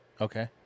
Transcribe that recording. Okay